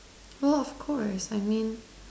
well of course I mean